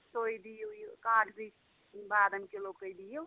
تُہۍ دِیو یہِ کازی بادَم کِلوٗ کٔہۍ دِیُو